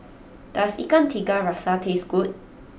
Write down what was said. does Ikan Tiga Rasa taste good